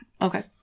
Okay